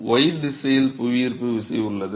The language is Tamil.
மாணவர் Y திசையில் புவியீர்ப்பு உள்ளது